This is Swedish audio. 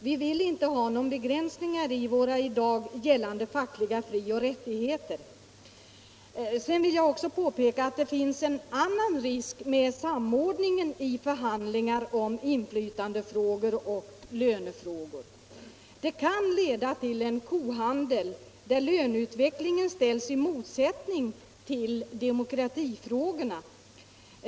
Vi vill inte ha några begränsningar i våra i dag gällande fackliga frioch rättigheter!” Jag vill också påpeka att det finns en annan risk med samordningen av förhandlingar om inflytandeoch lönefrågor. En sådan samordning kan leda till en kohandel, där löneutvecklingen ställs i motsats till demokratifrågorna.